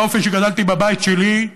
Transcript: באופן שבו גדלתי בבית שלי,